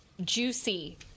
juicy